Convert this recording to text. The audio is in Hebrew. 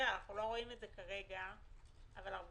איזה